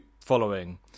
following